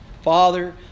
Father